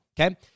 okay